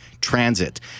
transit